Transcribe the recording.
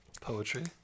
Poetry